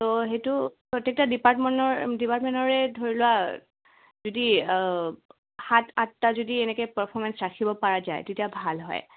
ত' সেইটো প্ৰত্যেকটো ডিপাৰ্টমেণ্টৰ ডিপাৰ্টমেন্টৰে ধৰি লোৱা যদি সাত আঠটা যদি এনেকৈ পাৰফমেঞ্চ ৰাখিব পৰা যায় তেতিয়া ভাল হয়